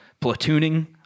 platooning